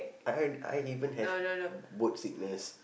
I I even have b~ boat sickness